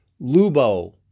Lubo